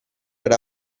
era